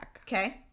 Okay